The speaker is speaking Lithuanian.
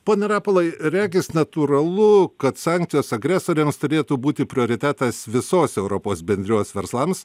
pone rapolai regis natūralu kad sankcijos agresoriams turėtų būti prioritetas visos europos bendrijos verslams